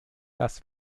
das